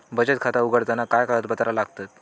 बचत खाता उघडताना काय कागदपत्रा लागतत?